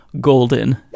golden